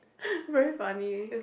very funny